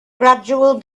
gradual